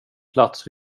plats